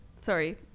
Sorry